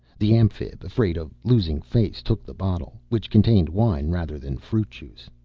the amphib, afraid of losing face, took the bottle which contained wine rather than fruit juice.